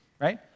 right